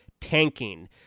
tanking